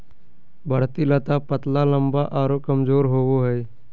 बढ़ती लता पतला लम्बा आरो कमजोर होबो हइ